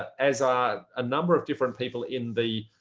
as are a number of different people in the